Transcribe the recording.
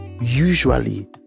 Usually